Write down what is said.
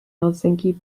helsinki